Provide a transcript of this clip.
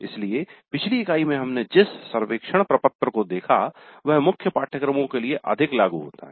इसलिए पिछली इकाई में हमने जिस सर्वेक्षण प्रपत्र को देखा वह मुख्य पाठ्यक्रमों के लिए अधिक लागू होता है